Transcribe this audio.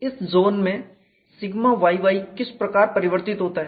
इस जोन में σ yy किस प्रकार परिवर्तित होता है